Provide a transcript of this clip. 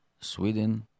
Sweden